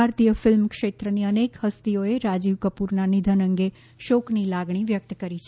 ભારતીય ફિલ્મ ક્ષેત્રની અનેક હસ્તીઓએ રાજીવ કપૂરના નિધન અંગે શોકની લાગણી વ્યક્ત કરી છે